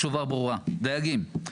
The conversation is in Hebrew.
התשובה ברורה, דייגים.